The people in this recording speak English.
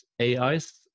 AI's